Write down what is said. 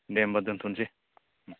दे होनबा दोन्थ'सै